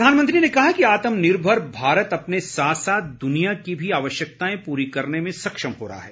प्रधानमंत्री ने कहा कि आत्मनिर्भर भारत अपने साथ साथ दुनिया की भी जरूरतें पूरी करने में सक्षम हो रहा है